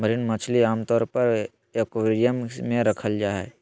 marine मछली आमतौर पर एक्वेरियम मे रखल जा हई